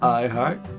iHeart